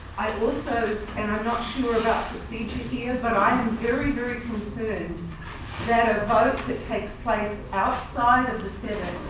i also and i'm not sure about procedure here, but i am very, very concerned and that ah but that takes place outside of the senate,